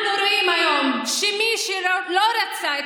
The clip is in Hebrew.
אנחנו רואים היום שמי שלא רצה את